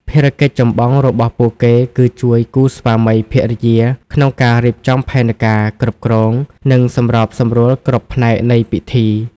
ភារកិច្ចចម្បងរបស់ពួកគេគឺជួយគូស្វាមីភរិយាក្នុងការរៀបចំផែនការ គ្រប់គ្រង និងសម្របសម្រួលគ្រប់ផ្នែកនៃពិធី។